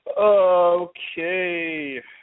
Okay